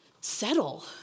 settle